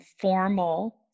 formal